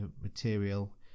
material